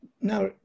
Now